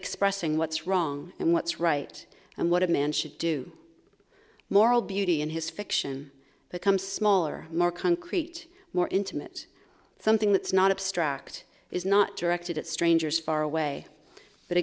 expressing what's wrong and what's right and what a man should do moral beauty and his fiction becomes smaller more concrete more intimate something that's not abstract is not directed at strangers far away that